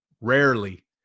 rarely